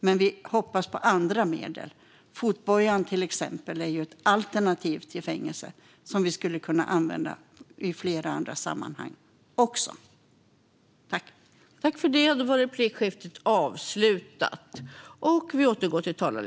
Men vi hoppas på andra medel. Fotbojan är till exempel ett alternativ till fängelse som man skulle kunna använda i flera andra sammanhang också.